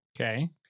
Okay